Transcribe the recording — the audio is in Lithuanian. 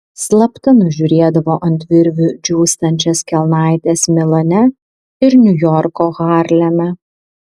slapta nužiūrėdavo ant virvių džiūstančias kelnaites milane ir niujorko harleme